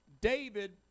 David